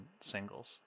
singles